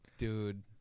Dude